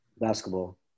basketball